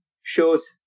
shows